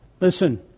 Listen